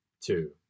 two